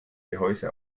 gehäuse